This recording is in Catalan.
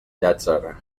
llàtzer